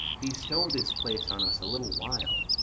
bestow this place on us a little while.